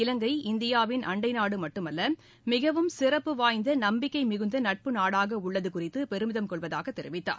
இவங்கை இந்தியாவின் அண்டை நாடு மட்டுமல்ல மிகவும் சிறப்பு வாய்ந்த நம்பிக்கை மிகுந்த நட்பு நாடாக உள்ளது குறித்து பெருமிதம் கொள்வதாகத் தெரிவித்தார்